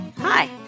Hi